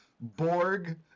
Borg